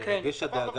התוכנית התקדמה